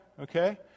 okay